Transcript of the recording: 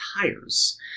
tires